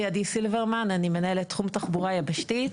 אני מנהלת תחום תחבורה יבשתית.